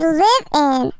live-in